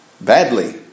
Badly